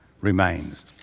Remains